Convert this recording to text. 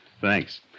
Thanks